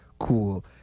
cool